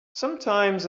sometimes